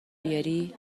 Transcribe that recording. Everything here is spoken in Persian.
بیاری